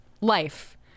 life